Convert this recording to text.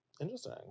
Interesting